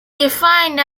defined